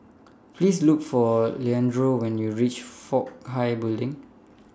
Please Look For Leandro when YOU REACH Fook Hai Building